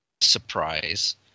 Surprise